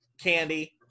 candy